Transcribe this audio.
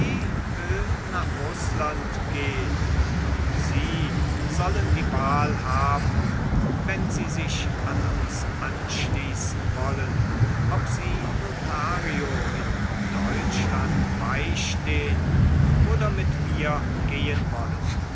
nach rußland gehn und sie sollen die wahl haben wenn sie sich an uns anschließen wollen ob sie lothario in deutschland beistehn oder mit mir gehen wollen